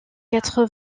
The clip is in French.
quatre